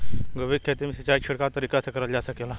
गोभी के खेती में सिचाई छिड़काव तरीका से क़रल जा सकेला?